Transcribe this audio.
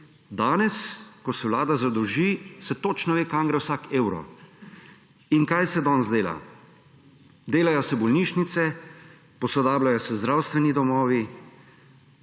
danes Vlada zadolži, se točno ve, kam gre vsak evro. In kaj se danes dela? Delajo se bolnišnice, posodabljajo se zdravstveni domovi,